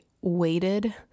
waited